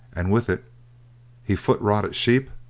and with it he foot-rotted sheep,